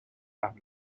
family